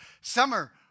Summer